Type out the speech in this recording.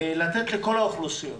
לתת לכל האוכלוסיות